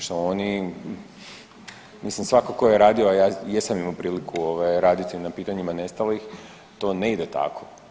Što oni, mislim svatko tko je radio, a ja jesam imao priliku ovaj raditi na pitanjima nestalih, to ne ide tako.